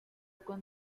con